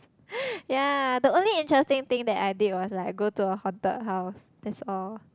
yea the only interesting thing that I did was like go the haunted house that's all